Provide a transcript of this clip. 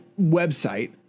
website